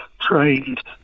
trained